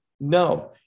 No